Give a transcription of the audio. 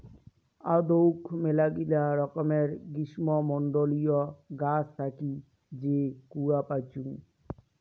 আদৌক মেলাগিলা রকমের গ্রীষ্মমন্ডলীয় গাছ থাকি যে কূয়া পাইচুঙ